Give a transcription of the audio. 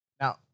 Now